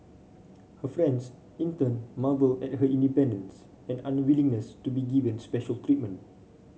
her friends in turn marvel at her independence and unwillingness to be given special treatment